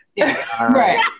right